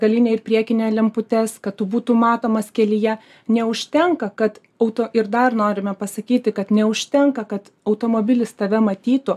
galinę ir priekinę lemputes kad tu būtum matomas kelyje neužtenka kad auto ir dar norime pasakyti kad neužtenka kad automobilis tave matytų